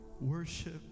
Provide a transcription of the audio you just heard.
worship